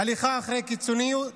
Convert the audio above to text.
ההליכה אחרי קיצוניות,